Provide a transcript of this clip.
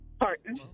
Pardon